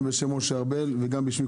גם בשם משה ארבל וגם בשמי,